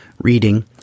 reading